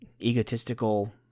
egotistical